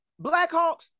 Blackhawks